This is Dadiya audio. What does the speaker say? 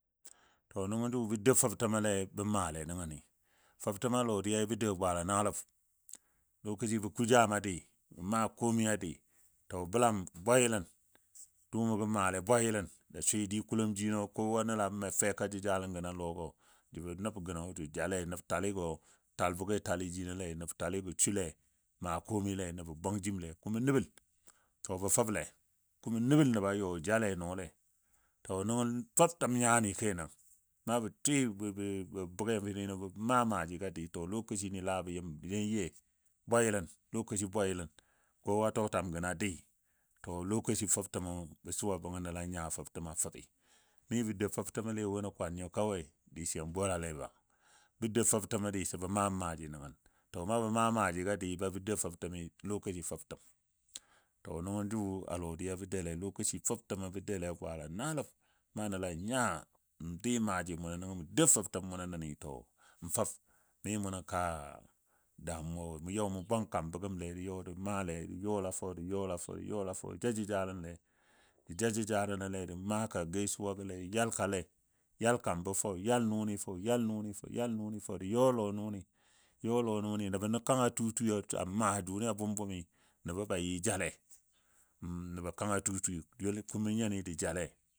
To nəngɔ jʊ bə dou fəbtəmole bə maale nəngəni fəbtəm a lodiyai bə dou bwaala naaləb lokaci bə ku jama dɨi bə maa komai dɨ, to bəlam bwayɨlən dʊʊmɔ gɔ maa lei bwayɨlən jə swɨ dikulom jinɔ, kowa nəl feka jəjalən gənɔ a lɔ jəbɔ nəb gəno jə jale nəb taligo tək bʊgɛ tali jinole nəb taligo sule maa komaile nəbo bwang jimle kumɔ nəbəl to bə fəble kumɔ. Nəbəl nəɓɔ yɔ jale nɔɔle to nəngɔ fəbtəm nyani kenan, na bə tɨ bʊgɛmi bə maa maajiga dɨ to lokaci ni bə yeo ye bwayɨlən lokaci bwayɨlən, kowa tɔtwam gənɔ dɨɨ to lokaci fəbta̱m bə suwa bəngɔ nəl a nya fəbtəm fəbi, mibə dou fəbtəmle nən kwan nyo kawai diso yan bulale ba, bə dou fətəmo diso bə maam maaji nəngən to na bə maa maajigo a dii ba bə dou fəbtəmi, lokaci fəbtəm. To nəngɔ jʊ a lodiya bə doule lokaci fəbtəm bə dou a bwaala naləm na nəl a nya n dɨɨ maaji munɔ nəngɔ mu dou fəbtəmo nəni, to n fəb mi mu nən kaa damuwa wo, mun yɔ mun bwang kambɔ gəmle n yɔ də maale də yɔla fou, də ja jəjalənle də jajəjalənle ja maa ka gaisuwagɔle, də yalkale, yal kambɔ fou, yal nʊni fou, yal nʊni fou, yal nʊni fou, yɔ lɔ nʊni yɔ lɔ nʊni nəbɔni kanga tuu tuui a maa jʊni a bʊm bʊmi nəbɔ ba ƴɨ jale nəbɔ kanga sʊsʊi kumɔ jəɓi jale